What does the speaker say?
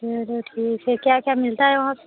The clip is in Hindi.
चलो ठीक है क्या क्या मिलता है वहाँ पर